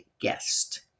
guest